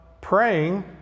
praying